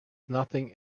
nothing